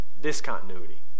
discontinuity